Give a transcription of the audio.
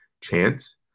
chance